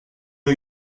new